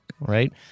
right